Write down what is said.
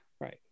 Right